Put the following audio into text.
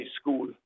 school